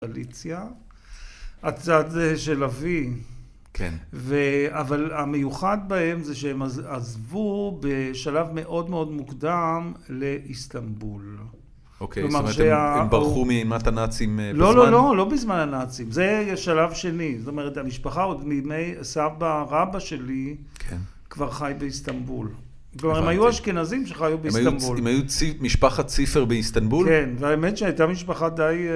הצד של אבי, אבל המיוחד בהם זה שהם עזבו בשלב מאוד מאוד מוקדם לאיסטנבול. אוקיי, זאת אומרת הם ברחו מאימת הנאצים בזמן? לא לא לא, לא בזמן הנאצים, זה שלב שני. זאת אומרת המשפחה עוד מימי סבא רבא שלי כבר חי באיסטנבול. כלומר הם היו אשכנזים שחיו באיסטנבול. הם היו משפחת סיפר באיסטנבול? כן, והאמת שהייתה משפחה די...